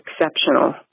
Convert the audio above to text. exceptional